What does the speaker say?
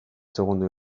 segundo